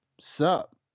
sup